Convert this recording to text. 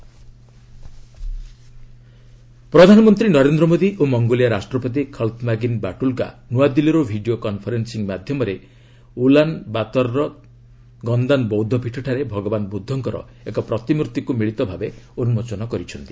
PM Mongolia president ପ୍ରଧାନମନ୍ତ୍ରୀ ନରେନ୍ଦ୍ର ମୋଦୀ ଓ Mongolia ରାଷ୍ଟ୍ରପତି ଖଲ୍ତ୍ମାଗିନ୍ ବାଟୁଲଗା ନ୍ତଆଦିଲ୍ଲୀରୁ ଭିଡ଼ିଓ କନଫରେନ୍ସିଂ ମାଧ୍ୟମରେ ଉଲାନ୍ବାତରର ଗନ୍ଦାନ୍ ବୌଦ୍ଧପୀଠ ଠାରେ ଭଗବାନ ବୃଦ୍ଧଙ୍କର ଏକ ପ୍ରତିମ୍ଭର୍ଭିକ୍ ମିଳିତ ଭାବେ ଉନ୍ଜୋଚନ କରିଛନ୍ତି